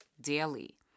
daily